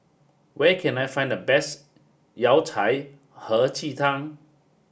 where can I find the best Yao Cai Hei Ji Tang